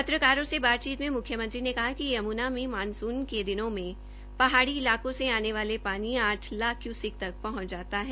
पत्रकारों से बातचीत में मुख्यमंत्री ने कहा कि यम्ना में मानसून के दिनों में पहाड़ी इलाकों से आने वाला पानी आठ लाख क्यूसिक तक पहुंच जाता है